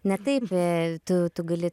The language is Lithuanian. ne taip tu tu gali